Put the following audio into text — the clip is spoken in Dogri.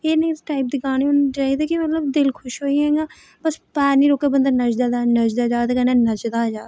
एह् नेह् इस टाइप दे गाने होने चाहिदे कि मतलब दिल खुश होई जाए इयां बस पैर नी रौके बंदा नचदा दा नचदा जा ते कन्नै नचदा गै जा